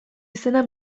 izena